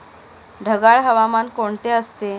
ढगाळ हवामान कोणते असते?